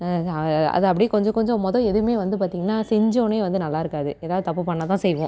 அது அப்படியே கொஞ்சம் கொஞ்சம் மொதல் எதுவுமே வந்து பார்த்தீங்கன்னா செஞ்சவொடனே வந்து நல்லாயிருக்காது ஏதாவது தப்பு பண்ணா தான் செய்வோம்